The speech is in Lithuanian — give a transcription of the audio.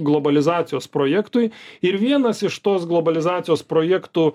globalizacijos projektui ir vienas iš tos globalizacijos projektų